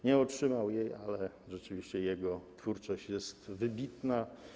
Nie otrzymał jej, ale rzeczywiście jego twórczość jest wybitna.